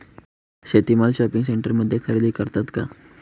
शेती माल शॉपिंग सेंटरमध्ये खरेदी करतात का?